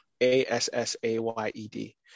A-S-S-A-Y-E-D